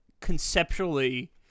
conceptually